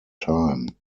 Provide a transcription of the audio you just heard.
time